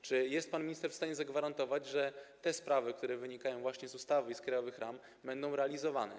Czy jest pan minister w stanie zagwarantować, że te sprawy, które wynikają właśnie z ustawy i z krajowych ram, będą realizowane?